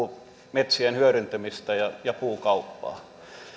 metsien hyödyntämistä ja ja puukauppaa